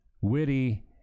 witty